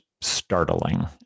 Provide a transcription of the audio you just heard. startling